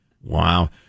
wow